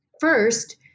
First